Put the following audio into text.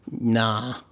Nah